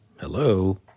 hello